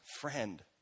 friend